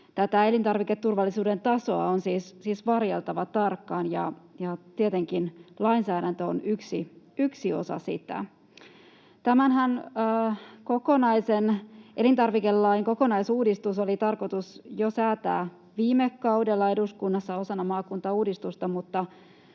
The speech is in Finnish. elintarviketurvallisuuden tasoa on siis varjeltava tarkkaan, ja tietenkin lainsäädäntö on yksi osa sitä. Tämän kokonaisen elintarvikelain kokonaisuudistushan oli tarkoitus säätää jo viime kaudella eduskunnassa osana maakuntauudistusta,